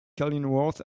kenilworth